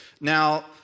Now